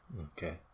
Okay